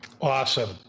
Awesome